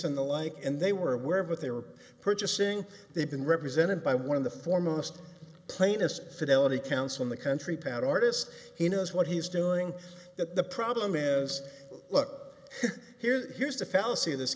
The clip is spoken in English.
and the like and they were aware of what they were purchasing they've been represented by one of the foremost plainest fidelity counsel in the country pat artist he knows what he's doing that the problem is look here here's the fallacy in this